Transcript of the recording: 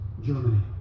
Germany